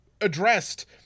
addressed